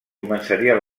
començaria